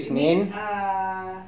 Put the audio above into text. you mean err